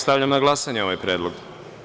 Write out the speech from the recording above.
Stavljam na glasanje ovaj predlog.